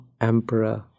emperor